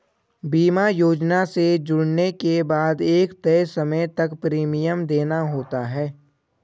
बीमा योजना से जुड़ने के बाद एक तय समय तक प्रीमियम देना होता है